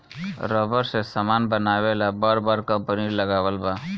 rubber से समान बनावे ला बर बर कंपनी लगावल बा